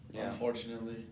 Unfortunately